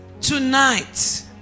tonight